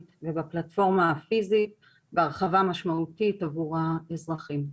ובפלטפורמה הפיזית בהרחבה משמעותית עבור האזרחים.